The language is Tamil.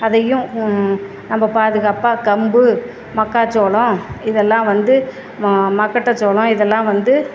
அதையும் நம்ம பாதுகாப்பா கம்பு மக்காசோளம் இதெல்லாம் வந்து மக்கட்ட சோளம் இதெல்லாம் வந்து